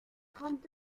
kommt